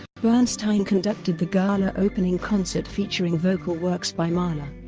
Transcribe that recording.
bernstein conducted the gala opening concert featuring vocal works by mahler,